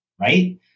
right